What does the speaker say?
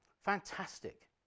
Fantastic